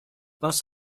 was